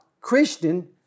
christian